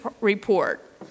report